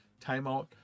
timeout